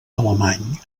alemany